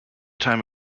time